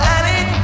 Annie